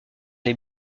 les